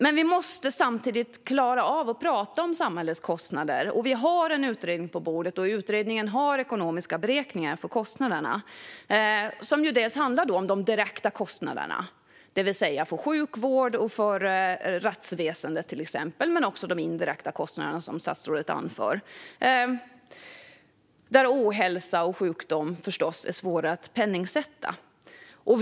Men vi måste samtidigt klara av att prata om samhällets kostnader, och vi har en utredning på bordet. Utredningen har ekonomiska beräkningar för kostnaderna. Det handlar om de direkta kostnaderna, det vill säga för till exempel sjukvården och rättsväsendet. Men det handlar också om de indirekta kostnader som statsrådet anför, där ohälsa och sjukdom förstås är svårare att penningsätta.